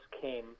came